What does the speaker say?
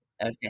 Okay